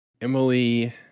Emily